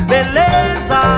Beleza